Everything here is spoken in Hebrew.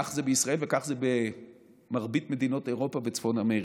כך זה בישראל וכך זה במרבית מדינות אירופה וצפון אמריקה.